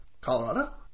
Colorado